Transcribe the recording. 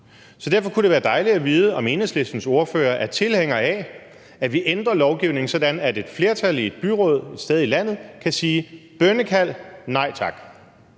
Så derfor kunne det være dejligt at vide, om Enhedslistens ordfører er tilhænger af, at vi ændrer lovgivningen, sådan at et flertal i et byråd et sted i landet kan sige: Bønnekald, nej tak.